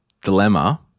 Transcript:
dilemma